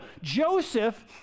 Joseph